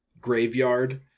graveyard